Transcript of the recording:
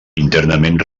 internament